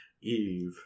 Eve